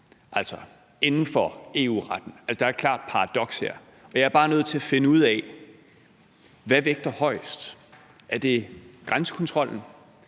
altså inden for EU-retten. Der er et klart paradoks her. Jeg er bare nødt til at finde ud af noget: Hvad vægter højest – er det grænsekontrollen,